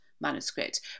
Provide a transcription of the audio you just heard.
manuscript